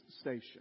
station